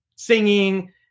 singing